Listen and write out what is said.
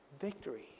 Victory